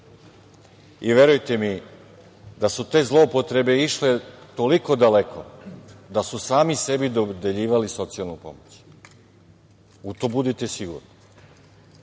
I verujte mi da su te zloupotrebe išle toliko daleko da su sami sebi dodeljivali socijalnu pomoć. U to budite sigurni,